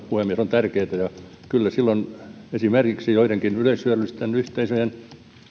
puhemies on tärkeätä ja kyllä silloin esimerkiksi joidenkin yleishyödyllisten yhteisöjen